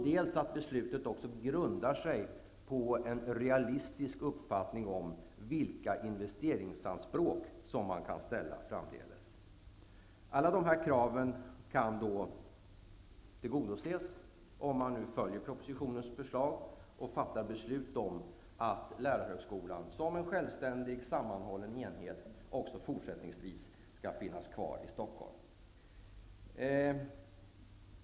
Beslutet bör också grunda sig på en realistisk uppfattning om vilka investeringsanspråk som man kan ställa framdeles. Alla de här kraven kan tillgodoses om man följer propositionens förslag och fattar beslut om att lärarhögskolan, som en självständig sammanhållen enhet, också fortsättningsvis skall finnas kvar i Stockholm.